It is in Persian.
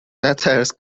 نترس